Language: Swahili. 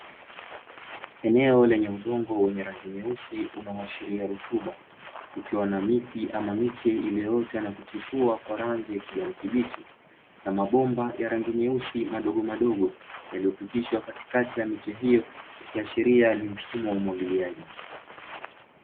Eneo lenye udongo wenye rangi nyeusi unaoashiria rutuba, ukiwa na miti au miche iliyoota na kuchipua kwa rangi ya kijani kibichi, na mabomba ya rangi nyeusi madogomadogo, yaliyopitishwa katikati ya miche hiyo, ikiashiria ni mfumo wa umwagiliaji.